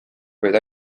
vaid